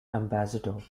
ambassador